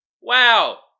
Wow